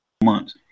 months